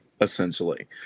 essentially